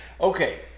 Okay